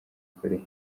korea